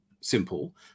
simple